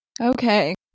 Okay